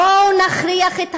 בואו נכריח את המדינה,